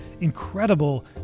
incredible